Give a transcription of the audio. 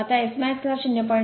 आता Smaxला 0